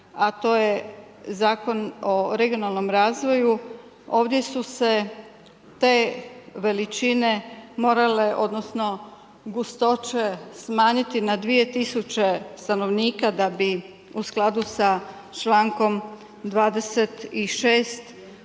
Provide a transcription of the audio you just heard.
a to je zakon o regionalnom razvoju, ovdje su se te veličine morale, odnosno gustoće smanjiti na 2000 stanovnika, da bi u skladu sa člankom 26. to bilo